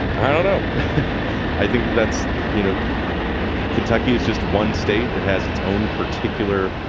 i don't know i think that that's you know kentucky is just one state. it has its own particular